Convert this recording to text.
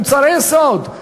מוצרי יסוד,